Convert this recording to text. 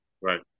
Right